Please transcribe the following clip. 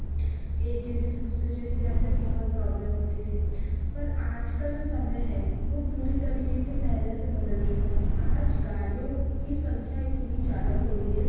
एक जगह से दूसरे जगह जाने में बहुत प्रॉब्लम होती थी पर आज का जो समय है वह पूरे तरीके से पहले से बदल चुका है आज गाड़ियो की संख्या इतनी ज़्यादा हो गई है